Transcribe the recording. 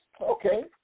Okay